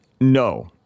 No